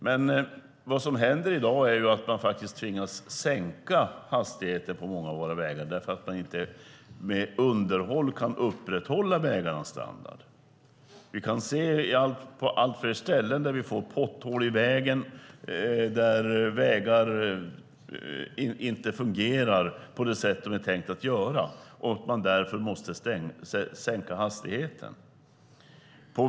Men vad som händer i dag är att man tvingas sänka hastigheten på många av våra vägar därför att man inte med underhåll kan upprätthålla vägarnas standard. Vi kan se allt fler ställen där vi får potthål i vägen och där vägar inte fungerar på det sätt de är tänkta att göra och där man därför måste sänka hastigheten.